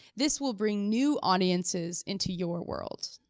this will bring new audiences into your world.